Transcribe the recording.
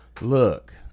Look